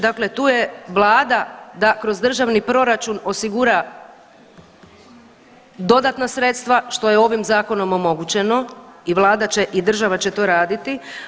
Dakle, tu je Vlada da kroz državni proračun osigura dodatna sredstva što je ovim zakonom omogućeno i Vlada će i država će to raditi.